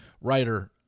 writer